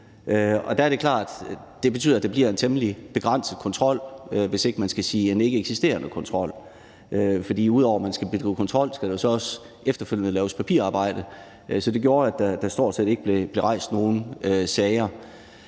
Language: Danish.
det betyder, at der bliver en temmelig begrænset kontrol, for ikke at sige en ikkeeksisterende kontrol. For ud over at man skal føre kontrol, skal der så også efterfølgende laves papirarbejde. Så det gjorde, at der stort set ikke blev rejst nogen sager.